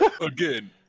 Again